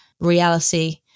reality